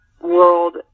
world